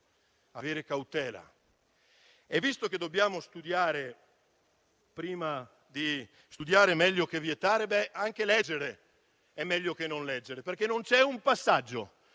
avere cautela e, visto che dobbiamo studiare prima e che studiare è meglio che vietare, ebbene, anche leggere è meglio che non farlo: non c'è un passaggio